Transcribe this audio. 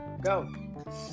Go